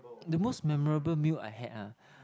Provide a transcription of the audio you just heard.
the most memorable meal I had ah